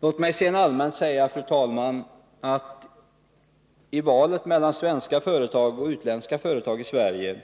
Låt mig sedan allmänt säga, fru talman, att i valet mellan svenska företag och utländska företag i Sverige